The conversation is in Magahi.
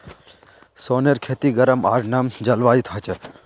सोनेर खेती गरम आर नम जलवायुत ह छे